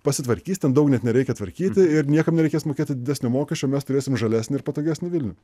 pasitvarkys ten daug net nereikia tvarkyti ir niekam nereikės mokėti didesnio mokesčio mes turėsim žalesnį ir patogesnį vilnių